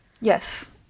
Yes